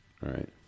right